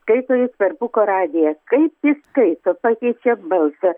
skaito jis per pūko radiją kaip jis skaito pakeičia balsą